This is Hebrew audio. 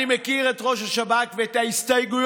אני מכיר את ראש השב"כ ואת ההסתייגויות